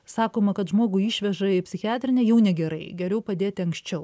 sakoma kad žmogų išveža į psichiatrinę jau negerai geriau padėti anksčiau